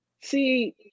See